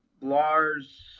Lars